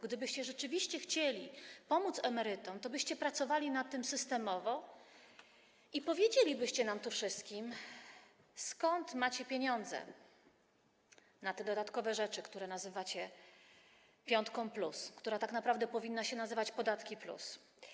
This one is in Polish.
Gdybyście rzeczywiście chcieli pomóc emerytom, tobyście pracowali nad tym systemowo i powiedzielibyście nam tu wszystkim, skąd macie pieniądze na te dodatkowe rzeczy, które nazywacie piątka+, która tak naprawdę powinna się nazywać podatki+.